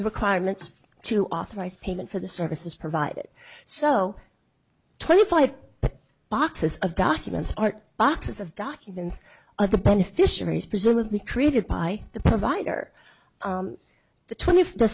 the requirements to authorize payment for the services provided so twenty five boxes of documents are boxes of documents of the beneficiaries presumably created by the provider the twent